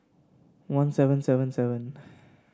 one seven seven seven